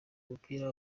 umupira